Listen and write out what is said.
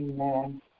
Amen